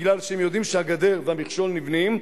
כי הם יודעים שהגדר והמכשול נבנים,